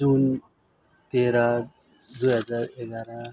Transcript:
जुन तेह्र दुई हजार एघार